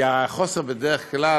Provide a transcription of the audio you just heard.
כי החוסר בדרך כלל,